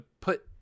put